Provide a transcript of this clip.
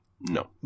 No